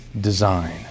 design